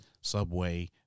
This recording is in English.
subway